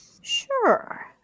Sure